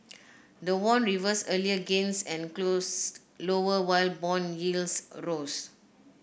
the won reversed earlier gains and closed lower while bond yields rose